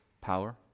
power